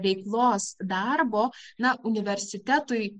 veiklos darbo na universitetui